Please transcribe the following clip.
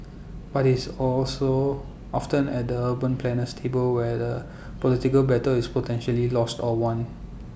but it's also often at the urban planner's table where the political battle is potentially lost or won